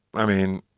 i mean,